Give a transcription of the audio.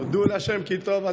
הודו לה' כי טוב.